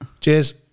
cheers